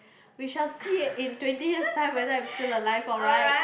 we shall see in twenty years time whether I'm still alive alright